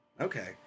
Okay